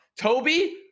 Toby